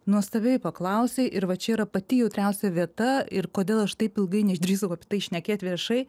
nuostabiai paklausei ir va čia yra pati jautriausia vieta ir kodėl aš taip ilgai neišdrįso apie tai šnekėti viešai